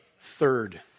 Third